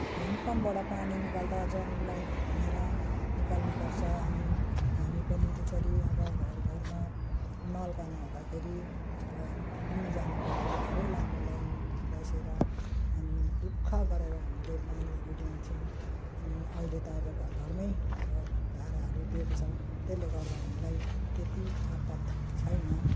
होइन पम्पबाट पानी निकाल्दा जमिनलाई खनेर निकाल्नुपर्छ अनि हामी पनि त्यसरी अब घरघरमा नलका नहुँदाखेरि अब लिन जानुपर्थ्यो धेरै लामो लाइन बसेर अनि दुःख गरेर हामीले पानीहरू ल्याउँथ्यौँ अनि अहिले त अब घरघरमै अब धाराहरू दिएको छ त्यसले गर्दा हामीलाई त्यति आपद छैन